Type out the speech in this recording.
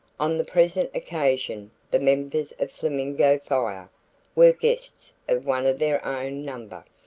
on the present occasion the members of flamingo fire were guests of one of their own number,